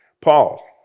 Paul